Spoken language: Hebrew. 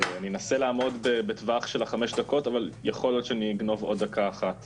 אנסה לעמוד בטווח של חמש דקות אבל יכול להיות שאגנוב עוד דקה אחת.